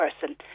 person